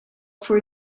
for